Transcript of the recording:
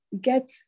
get